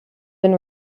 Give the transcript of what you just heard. been